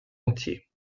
entier